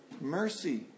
mercy